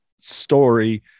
story